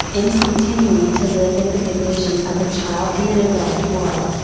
in continuing to live in the condition of a child in an adult world,